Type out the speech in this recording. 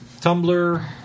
Tumblr